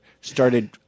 started